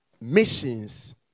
missions